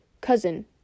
Cousin